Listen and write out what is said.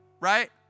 right